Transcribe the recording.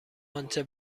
آنچه